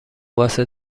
واسه